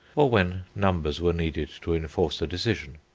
or when numbers were needed to enforce a decision.